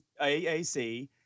AAC